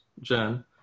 Jen